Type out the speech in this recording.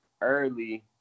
early